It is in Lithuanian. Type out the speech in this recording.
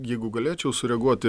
jeigu galėčiau sureaguoti